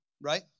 right